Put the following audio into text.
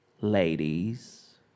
ladies